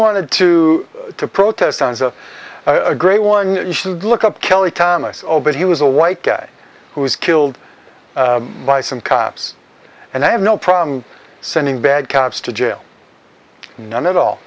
wanted to protest sounds a great one you should look up kelly thomas oh but he was a white guy who was killed by some cops and i have no problem sending bad cops to jail not at all